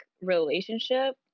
relationship